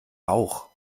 rauch